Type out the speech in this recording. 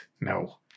No